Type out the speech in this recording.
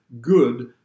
good